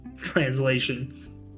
Translation